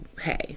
hey